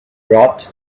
brought